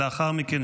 לאחר מכן,